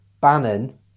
Bannon